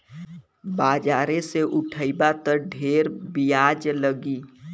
बाजारे से उठइबा त ढेर बियाज लगी